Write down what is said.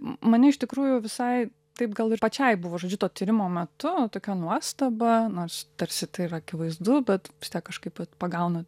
m mane iš tikrųjų visai taip gal ir pačiai buvo žodžiu to tyrimo metu tokia nuostaba nors tarsi tai yra akivaizdu bet vis tiek kažkaip vat pagaunu